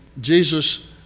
Jesus